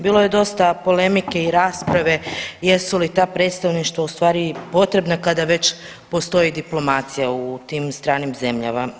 Bilo je dosta polemike i rasprave jesu li ta predstavništva ustvari potrebna kada već postoji diplomacija u tim stranim zemljama.